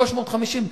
350,